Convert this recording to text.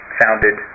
founded